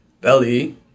belly